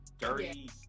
dirty